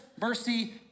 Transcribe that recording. mercy